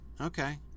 Okay